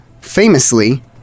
famously